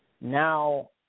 now